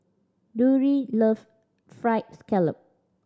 Drury love Fried Scallop